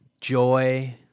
joy